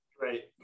Right